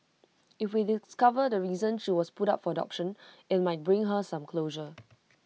if we discover the reason she was put up for adoption IT might bring her some closure